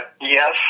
yes